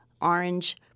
orange